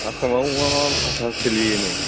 आसामआव मा मा भाषा सोलियो नो